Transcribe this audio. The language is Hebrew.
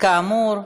כאמור,